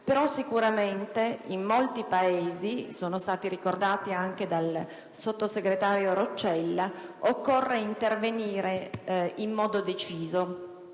però sicuramente in molti Paesi - sono stati ricordati anche dal sottosegretario Roccella - occorre intervenire in modo deciso.